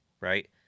right